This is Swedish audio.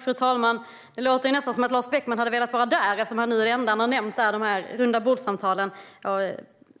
Fru talman! Det låter nästan som om Lars Beckman hade velat vara där när han nämner rundabordssamtalen.